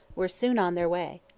were soon on their way.